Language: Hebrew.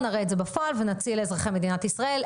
נראה את זה בפועל ונציע לאזרחי מדינת ישראל.